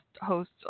host